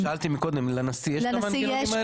שאלתי מקודם, לנשיא יש את המנגנונים האלה?